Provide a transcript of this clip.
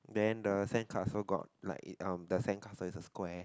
then the sandcastle got like it um the sandcastle is a square